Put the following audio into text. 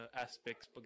aspects